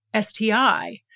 STI